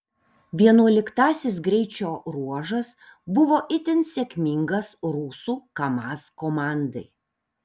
vienuoliktasis greičio ruožas buvo itin sėkmingas rusų kamaz komandai